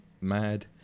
mad